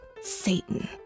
Satan